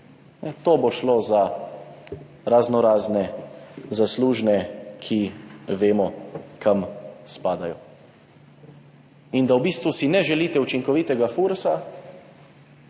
To bo šlo za raznorazne zaslužne, ki vemo, kam spadajo. Da si v bistvu ne želite učinkovitega Fursa,